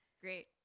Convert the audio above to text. great